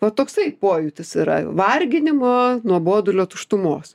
va toksai pojūtis yra varginimo nuobodulio tuštumos